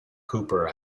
cooper